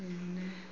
പിന്നെ